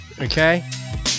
Okay